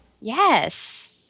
Yes